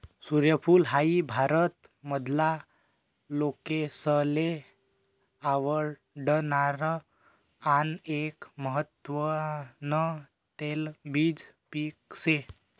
सूर्यफूल हाई भारत मधला लोकेसले आवडणार आन एक महत्वान तेलबिज पिक से